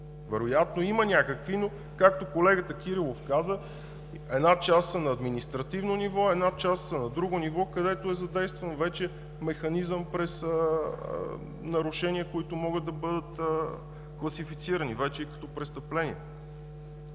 Вероятно има някакви, но, както колегата Кирилов каза, една част са административно ниво, една част са на друго ниво, където е задействан вече Механизъм през нарушения, които могат да бъдат класифицирани вече и като престъпления.